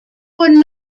were